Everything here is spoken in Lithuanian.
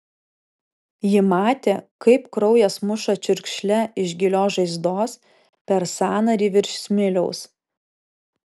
ji matė kaip kraujas muša čiurkšle iš gilios žaizdos per sąnarį virš smiliaus